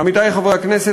עמיתי חברי הכנסת,